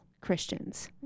christians